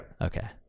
Okay